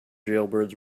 jailbirds